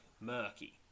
murky